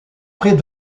près